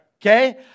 Okay